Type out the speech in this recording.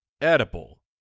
edible